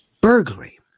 Burglary